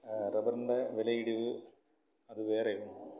റബ്ബറിൻ്റെ വില ഇടിവ് അത് വേറെ